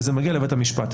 וזה מגיע לבית המשפט,